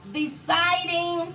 deciding